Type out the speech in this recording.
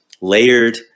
layered